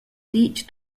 ditg